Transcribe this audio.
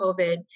COVID